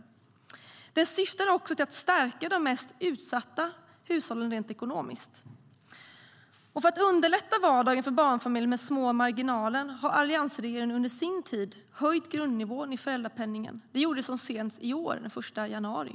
Den syftar också till att stärka de mest utsatta hushållen rent ekonomiskt. För att underlätta vardagen för barnfamiljer med små marginaler har alliansregeringen under sin tid höjt grundnivån i föräldrapenningen. Det gjordes så sent som i år, den 1 januari.